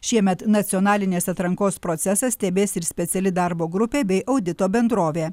šiemet nacionalinės atrankos procesą stebės ir speciali darbo grupė bei audito bendrovė